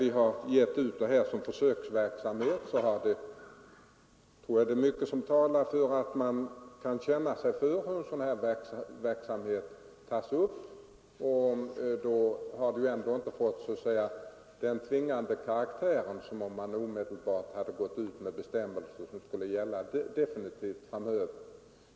Vi har utfärdat bestämmelserna på försök för att utröna hur sådan här verksamhet uppfattas. Bestämmelserna har därigenom inte fått den tvingande karaktär som definitivt utfärdade bestämmelser skulle ha fått.